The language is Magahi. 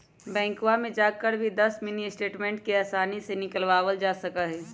बैंकवा में जाकर भी दस मिनी स्टेटमेंट के आसानी से निकलवावल जा सका हई